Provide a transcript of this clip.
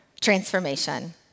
transformation